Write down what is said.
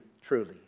truly